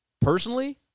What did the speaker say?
personally